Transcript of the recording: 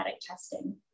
testing